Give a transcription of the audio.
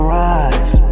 rise